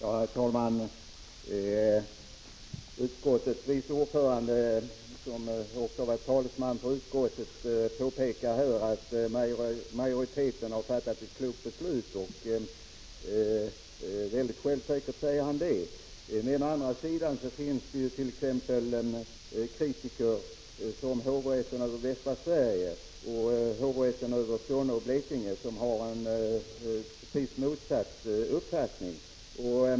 Herr talman! Utskottets vice ordförande, som också har varit talesman för utskottet, säger här mycket självsäkert att majoriteten har fattat ett klokt beslut. Men å andra sidan finns det kritiker, t.ex. hovrätten över Västra Sverige och hovrätten över Skåne och Blekinge, som har precis motsatt uppfattning.